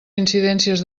incidències